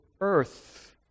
earth